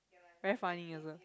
very funny also